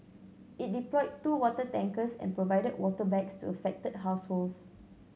it deployed two water tankers and provided water bags to affected households